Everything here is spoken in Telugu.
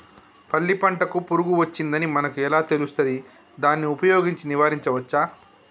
పల్లి పంటకు పురుగు వచ్చిందని మనకు ఎలా తెలుస్తది దాన్ని ఉపయోగించి నివారించవచ్చా?